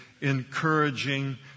encouraging